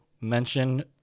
mention